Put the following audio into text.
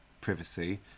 privacy